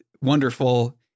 wonderful